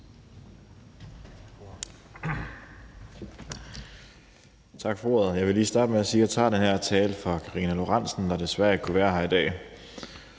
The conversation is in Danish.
Tak for ordet. Jeg vil lige starte med at sige, at jeg tager den her tale for Karina Lorentzen Dehnhardt, der desværre ikke kunne være her i dag.